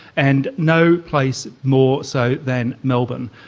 and no place more so than melbourne.